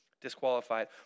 disqualified